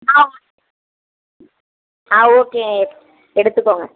ஆ ஆ ஓகே எடுத்துக்கோங்க